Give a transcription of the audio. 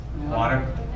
Water